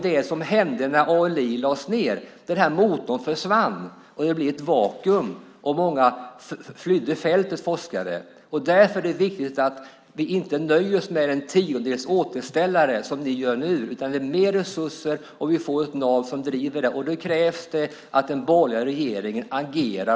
Det som hände när ALI lades ned var ju att motorn försvann, och det blev ett vakuum. Många forskare flydde fältet. Därför är det viktigt att vi inte nöjer oss med en tiondels återställare, som ni gör nu, utan vi behöver mer resurser och ett nav som driver det hela. Då krävs det att den borgerliga regeringen agerar.